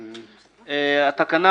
התקנה,